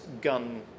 gun